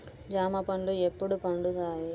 జామ పండ్లు ఎప్పుడు పండుతాయి?